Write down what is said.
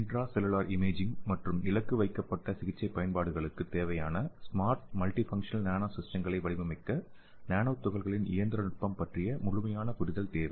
intra cellular imaging மற்றும் இலக்கு வைக்கப்பட்ட சிகிச்சை பயன்பாடுகளுக்கு தேவையான ஸ்மார்ட் மல்டிஃபங்க்ஸ்னல் நானோ சிஸ்டங்களை வடிவமைக்க நானோ துகள்களின் இயந்திரநுட்பம் பற்றிய முழுமையான புரிதல் தேவை